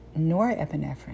norepinephrine